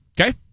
Okay